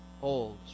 holds